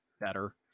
better